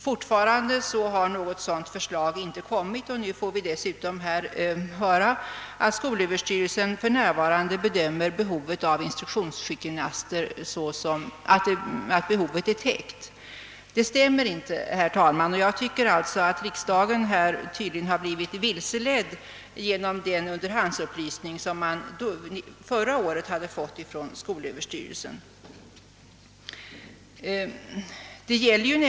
Fortfarande har något sådant förslag inte presenterats, och nu får vi dessutom höra att skolöverstyrelsen anser att behovet av instruktionssjukgymnaster för närvaran de är täckt. Det stämmer inte, herr talman. Riksdagen har tydligen blivit vilseledd genom den wunderhandsupplysning som man förra året fått från skol överstyrelsen.